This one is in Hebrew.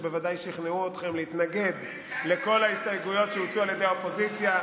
שבוודאי שכנעו אתכם להתנגד לכל ההסתייגויות שהוצעו על ידי האופוזיציה,